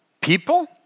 People